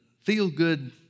feel-good